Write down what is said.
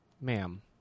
ma'am